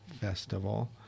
Festival